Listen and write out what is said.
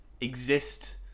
exist